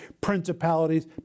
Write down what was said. principalities